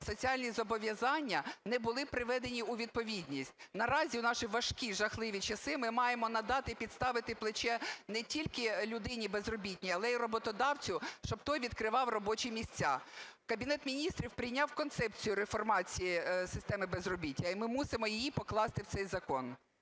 соціальні зобов'язання не були приведені у відповідність. Наразі у наші важкі, жахливі часи ми маємо надати і підставити плече не тільки людині безробітній, але і роботодавцю, щоб той відкривав робочі місця. Кабінет Міністрів прийняв концепцію реформації системи безробіття, і ми мусимо її покласти в цей закон.